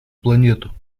планету